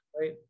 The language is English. Right